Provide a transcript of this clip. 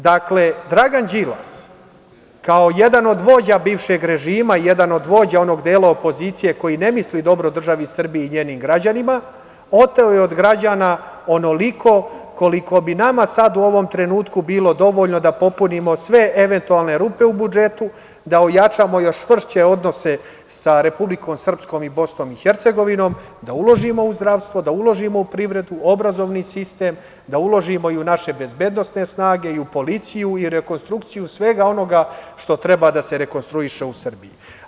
Dakle, Dragan Đilas kao jedan od vođa bivšeg režima, jedan od vođa onog dela opozicije koji ne misli dobro državi Srbiji i njenim građanima, oteo je od građana onoliko koliko bi nama sada u ovom trenutku bilo dovoljno da popunimo sve eventualne rupe u budžetu, da ojačamo još čvršće odnose sa Republikom Srpskom i BiH, da uložimo u zdravstvo, da uložimo u privredu, obrazovni sistem, da uložimo i u naše bezbednosne snage i u policiju i rekonstrukciju svega onoga što treba da se rekonstruiše u Srbiji.